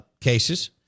cases